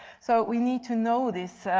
so we need to know this,